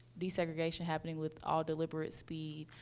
desegregation happening with all deliberate speed.